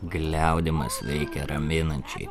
gliaudymas veikia raminančiai